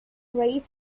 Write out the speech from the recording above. raised